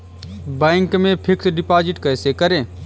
Bank में fix deposit कैसे करें?